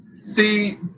See